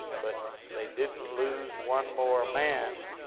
but they didn't lose one more man,